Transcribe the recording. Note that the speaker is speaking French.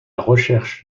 recherche